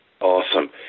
Awesome